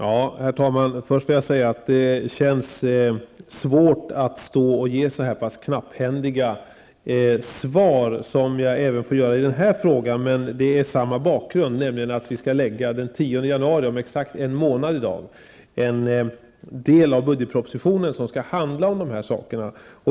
Herr talman! Först vill jag säga att det känns svårt att behöva lämna så pass knapphändiga svar som jag måste lämna även på denna fråga, men bakgrunden är densamma som när det gäller den förra frågan, nämligen att vi den 10 januari nästa år, om exakt en månad i dag, skall lägga fram budgetpropositionen, som delvis skall handla om dessa saker.